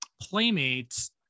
playmates